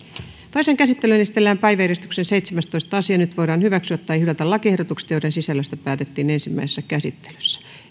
toiseen käsittelyyn esitellään päiväjärjestyksen seitsemästoista asia nyt voidaan hyväksyä tai hylätä lakiehdotukset joiden sisällöstä päätettiin ensimmäisessä käsittelyssä